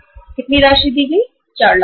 कितनी राशि दी गई 4 लाख रुपए